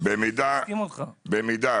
במידה